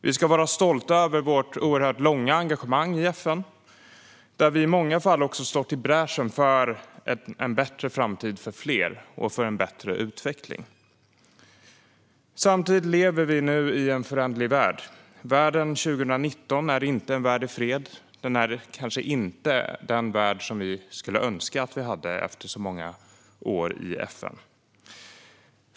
Vi ska vara stolta över vårt oerhört långa engagemang i FN, där vi i många fall också gått i bräschen för en bättre framtid för fler och för en bättre utveckling. Samtidigt lever vi nu i en föränderlig värld. Världen 2019 är inte en värld i fred. Den är kanske inte den värld som vi skulle önska att vi hade efter så många år i FN.